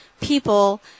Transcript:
people